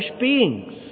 beings